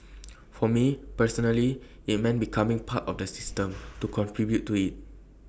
for me personally IT meant becoming part of the system to contribute to IT